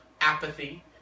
apathy